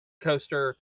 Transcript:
coaster